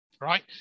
right